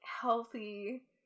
healthy